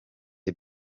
the